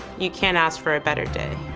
you can't ask for a better day.